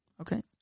Okay